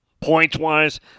points-wise